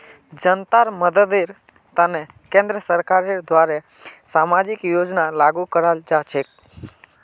जनतार मददेर तने केंद्र सरकारेर द्वारे सामाजिक योजना लागू कराल जा छेक